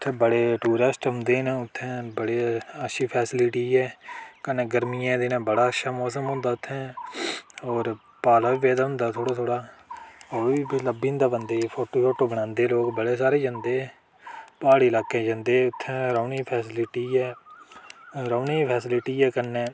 उत्थै बड़े टूरिस्ट औंदे न उत्थै बड़ी अच्छी फैसीलिटी ऐ कन्नै गर्मियें दिनें बड़ा अच्छा मौसम होंदा उत्थै होर पाला बी पेदा होंदा थोह्ड़ा थोह्ड़ा आं लब्भी जंदा बंदे गी फोटू फुटु बनांदे लोक बड़े सारे जंदे प्हाड़ी लाकै ई जंदे उत्थै रौह्ने दी फैसीलिटी ऐ रौह्ने दी फैसीलिटी ऐ कन्नै